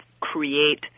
create